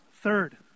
Third